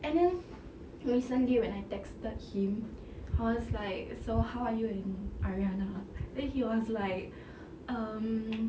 and then recently when I texted him I was like so how are you and ariana then he was like um